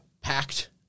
packed